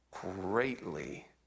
greatly